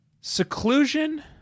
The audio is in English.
Seclusion